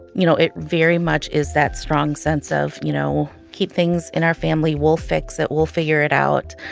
you know, it very much is that strong sense of, you know, keep things in our family. we'll fix it. we'll figure it out.